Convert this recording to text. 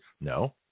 No